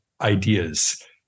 ideas